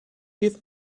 give